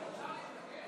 אפשר להתנגד?